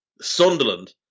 Sunderland